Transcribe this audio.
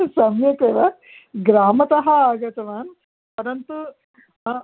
सम्यक् एव ग्रामतः आगतवान् परन्तु